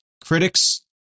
critics